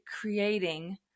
creating